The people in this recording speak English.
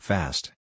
Fast